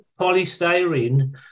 polystyrene